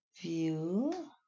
view